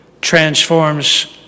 transforms